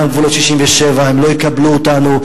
גם גבולות 67'; הם לא יקבלו אותנו,